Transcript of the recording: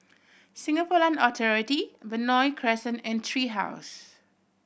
Singapore Land Authority Benoi Crescent and Tree House